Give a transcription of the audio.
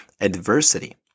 adversity